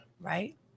Right